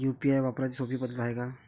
UPI वापराची सोपी पद्धत हाय का?